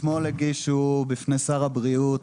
לשר הבריאות,